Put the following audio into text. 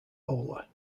bowler